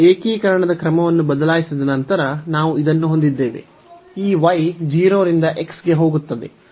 ಏಕೀಕರಣದ ಕ್ರಮವನ್ನು ಬದಲಾಯಿಸಿದ ನಂತರ ನಾವು ಇದನ್ನು ಹೊಂದಿದ್ದೇವೆ ಈ y 0 ರಿಂದ x ಗೆ ಹೋಗುತ್ತದೆ ಮತ್ತು x 0 ರಿಂದ a ಗೆ ಹೋಗುತ್ತದೆ